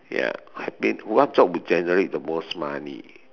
ya I mean what job will generate the most money